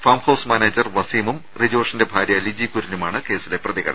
farm house manager വസീമും റിജോഷിന്റെ ഭാര്യ ലിജി കുര്യനുമാണ് കേസിലെ പ്രതികൾ